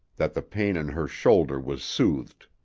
that the pain in her shoulder was soothed,